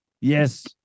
Yes